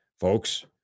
Folks